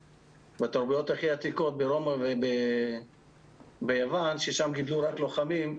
ובתרבויות הכי עתיקות ברומא וביוון ששם גידלו רק לוחמים,